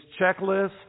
checklist